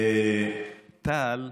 טל,